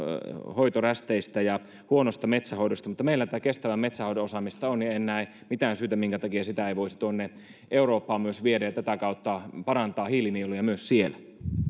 hoitorästeistä ja huonosta metsänhoidosta mutta meillä tätä kestävää metsänhoidon osaamista on en näe mitään syytä minkä takia sitä ei voisi tuonne eurooppaan myös viedä ja tätä kautta parantaa hiilinieluja myös siellä